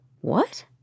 What